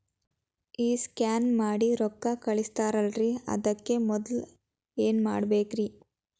ಈ ಸ್ಕ್ಯಾನ್ ಮಾಡಿ ರೊಕ್ಕ ಕಳಸ್ತಾರಲ್ರಿ ಅದಕ್ಕೆ ಮೊದಲ ಏನ್ ಮಾಡ್ಬೇಕ್ರಿ?